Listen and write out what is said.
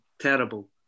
terrible